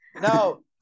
No